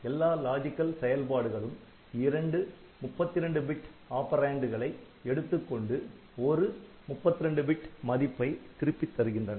எல்லா லாஜிக்கல் செயல்பாடுகளும் இரண்டு 32 பிட் ஆப்ப ரேன்ட்களை எடுத்துக்கொண்டு ஒரு 32 பிட் மதிப்பை திருப்பித் தருகின்றன